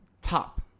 top